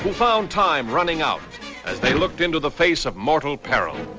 found time running out as they looked into the face of mortal peril